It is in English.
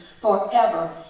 forever